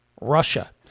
Russia